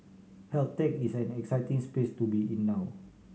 health tech is an exciting space to be in now